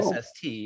SST